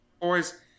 boys